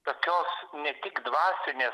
tokios ne tik dvasinės